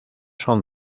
son